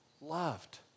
Loved